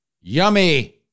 yummy